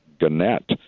Gannett